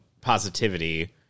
positivity